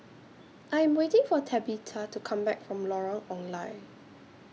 I Am waiting For Tabitha to Come Back from Lorong Ong Lye